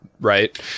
right